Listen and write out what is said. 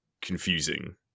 confusing